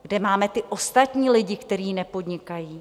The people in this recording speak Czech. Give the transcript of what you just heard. Kde máme ty ostatní lidi, kteří nepodnikají?